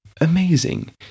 amazing